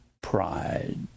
pride